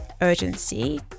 urgency